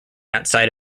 outside